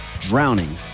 drowning